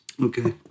Okay